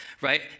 right